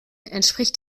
entspricht